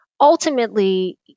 ultimately